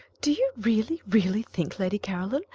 do you really, really think, lady caroline,